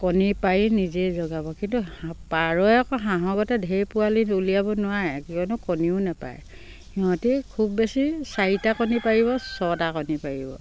কণী পাৰি নিজেই জগাব কিন্তু পাৰই আকৌ হাঁহৰ দৰে ঢেৰ পোৱালি উলিয়াব নোৱাৰে কিয়নো কণীও নাপাৰে সিহঁতি খুব বেছি চাৰিটা কণী পাৰিব ছটা কণী পাৰিব